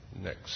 next